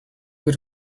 got